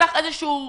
בתחילת הדרך